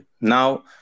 Now